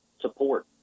support